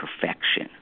perfection